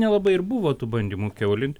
nelabai ir buvo tų bandymų kiaulint